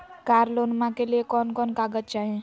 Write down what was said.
कार लोनमा के लिय कौन कौन कागज चाही?